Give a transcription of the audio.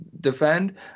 defend